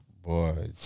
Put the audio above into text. Boy